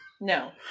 No